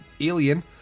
alien